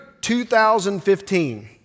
2015